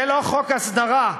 זה לא חוק הסדרה,